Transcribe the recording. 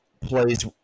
plays